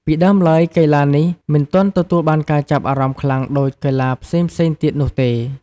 ពីដើមឡើយ កីឡានេះមិនទាន់ទទួលបានការចាប់អារម្មណ៍ខ្លាំងដូចកីឡាផ្សេងៗទៀតនោះទេ។